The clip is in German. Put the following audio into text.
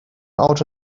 auto